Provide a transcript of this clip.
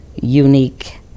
unique